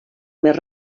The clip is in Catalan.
més